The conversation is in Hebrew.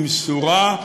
במשורה,